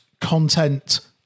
content